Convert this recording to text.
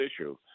issue